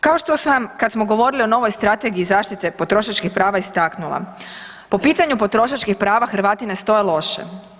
Kao što sam kad smo govorili o novoj Strategiji zaštite potrošačkih prava istaknula, po pitanju potrošačkih prava, Hrvati ne stoje loše.